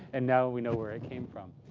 and now we know where it came from.